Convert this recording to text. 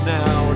now